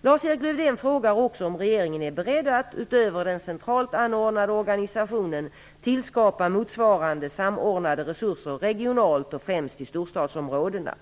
Lars-Erik Lövdén frågar också om regeringen är beredd att, utöver den centralt anordnade organisationen, tillskapa motsvarande samordnade resurser regionalt och främst i storstadsområdena.